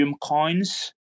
Coins